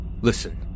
Listen